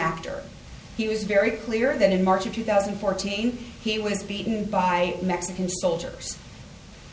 after he was very clear that in march of two thousand and fourteen he was beaten by mexican soldiers